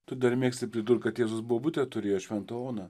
tu dar mėgsti pridurt kad jėzus bobutę turėjo šventą oną